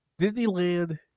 Disneyland